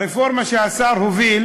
הרפורמה שהשר הוביל